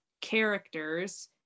characters